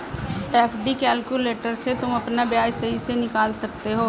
FD calculator से तुम अपना ब्याज सही से निकाल सकते हो